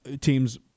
Teams